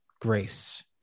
grace